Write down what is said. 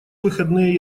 выходные